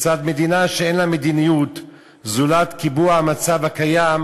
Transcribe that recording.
מצד מדינה שאין לה מדיניות זולת קיבוע המצב הקיים